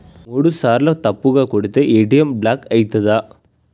మూడుసార్ల తప్పుగా కొడితే ఏ.టి.ఎమ్ బ్లాక్ ఐతదా?